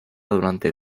durante